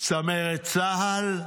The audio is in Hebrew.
צמרת צה"ל,